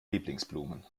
lieblingsblumen